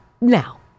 now